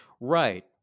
Right